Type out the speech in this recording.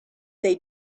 they